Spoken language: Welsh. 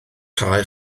cae